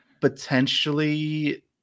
Potentially